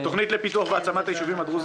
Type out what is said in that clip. "תוכנית לפיתוח והעצמת היישובים הדרוזיים